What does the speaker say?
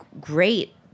great